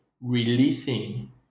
releasing